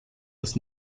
aus